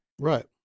Right